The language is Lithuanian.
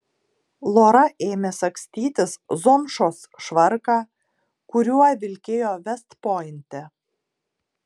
lora ėmė sagstytis zomšos švarką kuriuo vilkėjo vest pointe